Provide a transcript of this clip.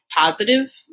positive